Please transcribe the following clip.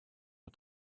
her